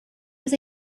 was